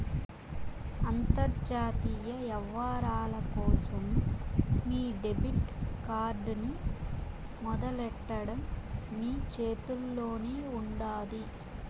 అంతర్జాతీయ యవ్వారాల కోసం మీ డెబిట్ కార్డ్ ని మొదలెట్టడం మీ చేతుల్లోనే ఉండాది